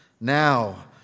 now